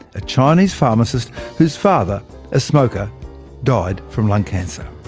a chinese pharmacist whose father a smoker died from lung cancer.